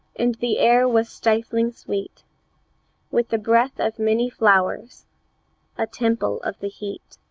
and the air was stifling sweet with the breath of many flowers a temple of the heat.